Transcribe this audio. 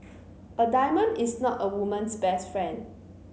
a diamond is not a woman's best friend